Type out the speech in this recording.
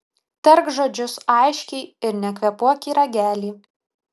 tark žodžius aiškiai ir nekvėpuok į ragelį